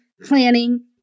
planning